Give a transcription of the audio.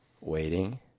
waiting